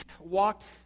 walked